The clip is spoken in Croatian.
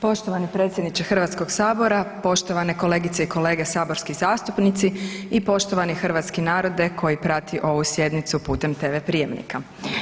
Poštovani predsjedniče HS-a, poštovane kolegice i kolege saborski zastupnici i poštovani hrvatske narode koji prati ovu sjednicu putem TV prijamnika.